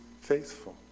faithful